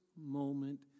moment